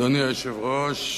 אדוני היושב-ראש,